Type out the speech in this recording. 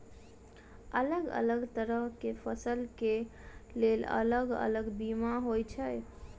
अलग अलग तरह केँ फसल केँ लेल अलग अलग बीमा होइ छै?